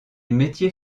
métier